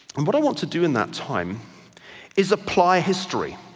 and what i want to do in that time is apply history.